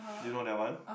do you know that one